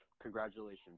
Congratulations